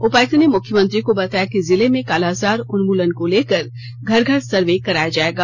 उपायुक्त ने मुख्यमंत्री को बताया कि जिले में कालाजार उन्मूलन को लेकर घर घर सर्वे कराया जाएगा